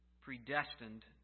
predestined